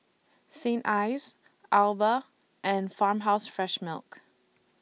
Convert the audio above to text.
Saint Ives Alba and Farmhouse Fresh Milk